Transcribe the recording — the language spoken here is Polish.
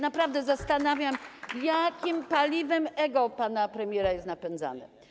Naprawdę się zastanawiam, jakim paliwem ego pana premiera jest napędzane.